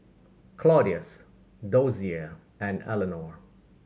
Claudius Dozier and Elinor